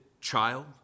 child